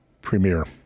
premier